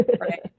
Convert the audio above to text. Right